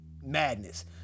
madness